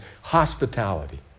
hospitality